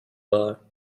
are